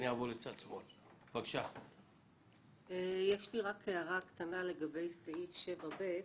הערה קטנה לגבי סעיף (7)(ב),